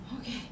Okay